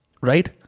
Right